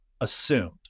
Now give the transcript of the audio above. assumed